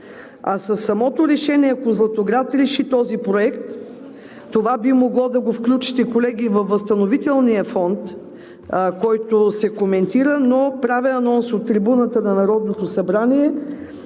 в Златоград. Ако Златоград реши този проект, колеги, това би могло да го включите във възстановителния фонд, който се коментира, но правя анонс от трибуната на Народното събрание: